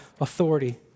authority